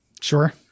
Sure